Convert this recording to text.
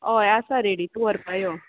ऑय आसा रेडी तूं व्हरपा यो